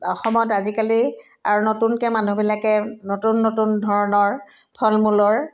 অসমত আজিকালি আৰু নতুনকৈ মানুহবিলাকে নতুন নতুন ধৰণৰ ফল মূলৰ